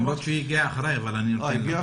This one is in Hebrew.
אנחנו היום ב-23 בספטמבר.